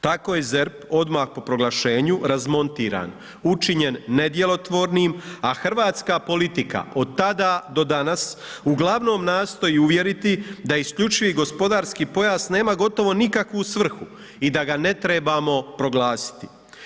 Tako je ZERP odmah po proglašenju razmontiran, učinjen nedjelotvornim, a hrvatska politika od tada do danas uglavnom nastoji uvjeriti da isključivi gospodarski pojas nema gotovo nikakvu svrhu i da ga ne trebamo proglasiti.